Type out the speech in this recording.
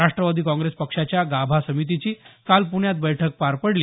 राष्टवादी काँग्रेस पक्षाच्या गाभा समितीची काल पृण्यात बैठक पार पडली